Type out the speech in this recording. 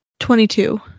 Twenty-two